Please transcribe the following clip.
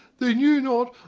they knew not,